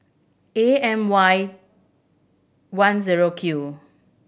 A M Y one zero Q